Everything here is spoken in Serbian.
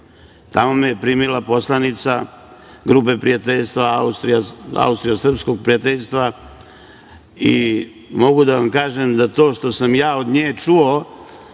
Tamo me je primila poslanica Grupe prijateljstva, austrijsko-srpskog prijateljstva i mogu da vam kažem da to što sam ja od nje čuo,